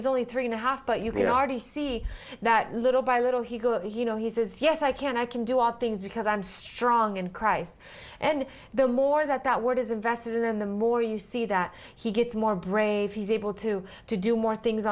he's only three and a half but you can already see that little by little he goes you know he says yes i can i can do all things because i'm strong and christ and the more that that word is invested in and the more you see that he gets more brave he's able to to do more things